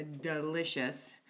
delicious